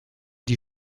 die